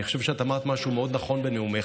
אני חושב שאת אמרת משהו מאוד נכון בנאומך,